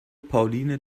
pauline